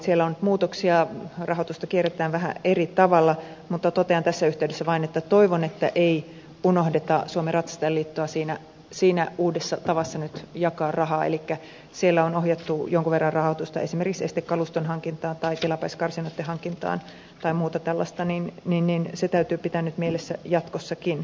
siellä on nyt muutoksia rahoitusta kierrätetään vähän eri tavalla mutta totean tässä yhteydessä vain että toivon että ei unohdeta suomen ratsastajainliittoa siinä uudessa tavassa jakaa rahaa elikkä kun siellä on ohjattu jonkun verran rahoitusta esimerkiksi estekaluston hankintaan tai tilapäiskarsinoitten hankintaan tai muuta tällaista niin se täytyy pitää nyt mielessä jatkossakin